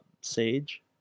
Sage